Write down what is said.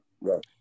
Right